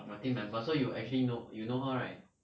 orh team member so you actually know you know her right